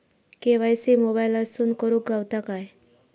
KYC मोबाईलातसून करुक गावता काय?